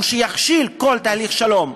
או שיכשיל כל תהליך שלום,